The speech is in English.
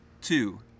two